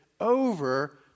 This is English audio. over